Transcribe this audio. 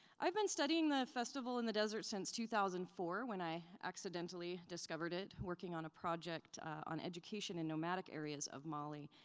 i've been studying the festival in the desert since two thousand and four when i accidentally discovered it working on a project on education in nomadic areas of mali.